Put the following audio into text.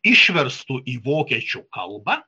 išverstu į vokiečių kalbą